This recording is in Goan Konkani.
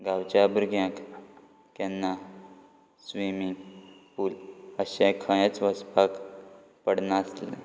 गांवच्या भुरग्याक केन्ना स्विमींग पूल अशें खंयच वचपाक पडनासलें